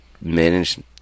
manage